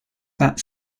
that